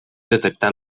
detectar